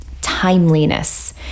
Timeliness